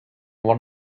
one